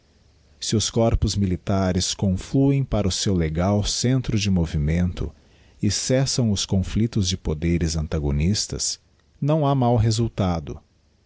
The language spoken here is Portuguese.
os corpos militares confluem para o seu legal centro de movimento e cessam os conflictos de poderes antagonistas não ha máu resultado